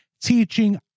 teaching